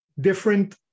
different